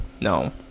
No